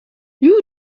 you